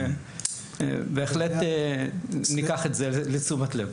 ובהחלט ניקח את זה לתשומת לב.